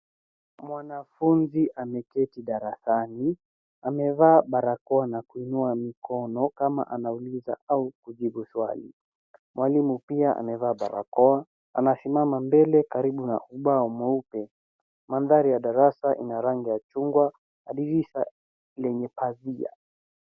Mwanafunzi ameketi darasani. Amevaa barakoa na kuinua mikono kama anauliza au kujibu swali. Mwalimu pia anavaa barakoa anasimama mbele karibu na ubao mweupe. Mandhari ya darasa ina rangi ya chungwa na dirisha lenye pazia.